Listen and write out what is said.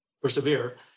persevere